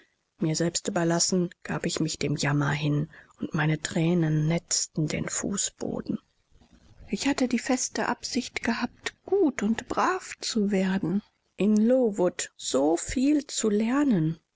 mir selbst überlassen gab ich mich dem jammer hin und meine thränen netzten den fußboden ich hatte die feste absicht gehabt gut und brav zu werden in lowood so viel zu lernen